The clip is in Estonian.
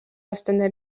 aastane